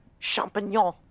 champignon